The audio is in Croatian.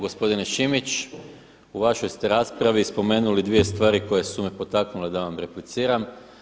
Gospodine Šimić, u vašoj ste raspravi spomenuli dvije stvari koje su me potaknule da vam repliciram.